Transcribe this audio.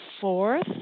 fourth